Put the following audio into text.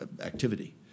activity